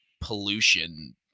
pollution